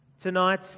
Tonight